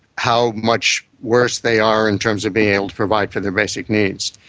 how much worse they are in terms of being able to provide for their basic needs.